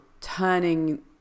turning